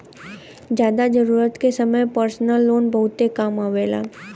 जादा जरूरत के समय परसनल लोन बहुते काम आवेला